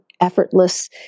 effortless